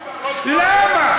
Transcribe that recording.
למה?